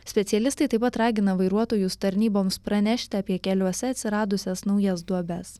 specialistai taip pat ragina vairuotojus tarnyboms pranešti apie keliuose atsiradusias naujas duobes